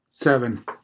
seven